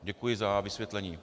Děkuji za vysvětlení.